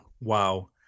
Wow